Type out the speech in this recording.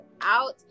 out